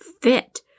fit